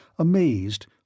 Amazed